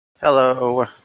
Hello